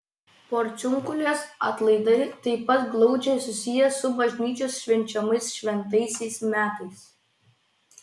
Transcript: porciunkulės atlaidai taip pat glaudžiai susiję su bažnyčios švenčiamais šventaisiais metais